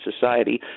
society